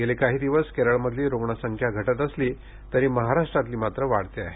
गेले काही दिवस केरळमधली रुग्ण संख्या घटत असली तरी महाराष्ट्रातील मात्र वाढत आहे